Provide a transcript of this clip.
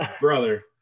brother